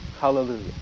Hallelujah